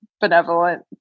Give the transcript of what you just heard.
benevolent